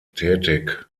tätig